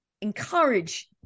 encourage